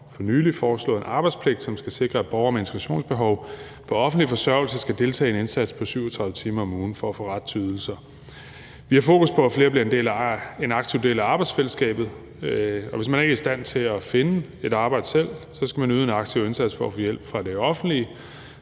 for nylig foreslået en arbejdspligt, som skal sikre, at borgere med integrationsbehov på offentlig forsørgelse skal deltage i en indsats på 37 timer om ugen for at få ret til ydelser. Vi har fokus på, at flere bliver en aktiv del af arbejdsfællesskabet, og hvis man ikke er i stand til at finde et arbejde selv, skal man yde en aktiv indsats for at få hjælp fra det offentlige.